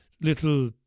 Little